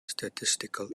statistical